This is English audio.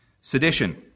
Sedition